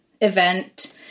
event